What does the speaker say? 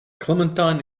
clementine